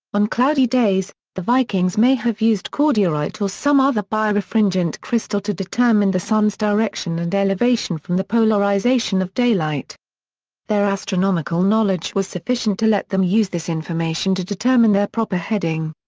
on cloudy days, the vikings may have used cordierite or some other birefringent crystal to determine the sun's direction and elevation from the polarization of daylight their astronomical knowledge was sufficient to let them use this information to determine their proper heading.